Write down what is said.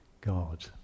God